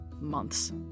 months